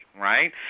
right